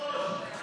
והרווחה